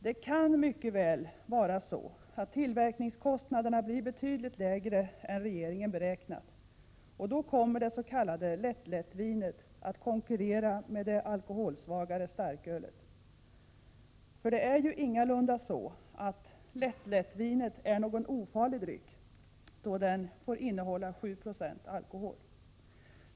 Det kan mycket väl vara så att tillverkningskostnaderna blir betydligt lägre än regeringen beräknat, och då kommer det s.k. lättlättvinet att konkurrera med det alkoholsvagare starkölet. För det är ju ingalunda så att lättlättvinet är någon ofarlig dryck, då det får innehålla 7 96 alkohol.